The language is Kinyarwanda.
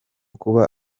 kuba